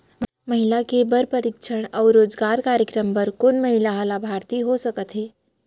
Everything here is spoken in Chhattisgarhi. महिला के बर प्रशिक्षण अऊ रोजगार कार्यक्रम बर कोन महिला ह लाभार्थी हो सकथे?